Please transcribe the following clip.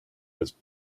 was